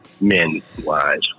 men-wise